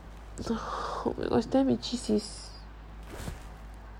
it was damn itchy sis